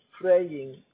praying